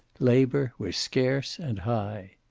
labor was scarce and high.